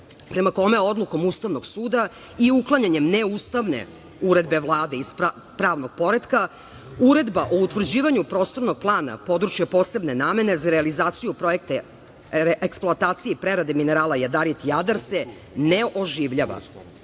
prema kome odlukom Ustavnog suda i uklanjanjem neustavne uredbe Vlade iz pravnog poretka Uredba o utvrđivanju Prostornog plana područja posebne namene za realizaciju projekta eksploatacije i prerade minerala jadarit „Jadar“ se ne oživljava,